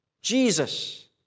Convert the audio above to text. Jesus